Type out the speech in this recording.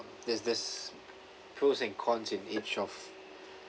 there's there's pros and cons in each of